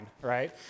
right